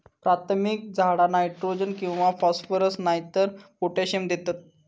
प्राथमिक झाडा नायट्रोजन किंवा फॉस्फरस नायतर पोटॅशियम देतत